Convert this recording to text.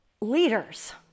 leaders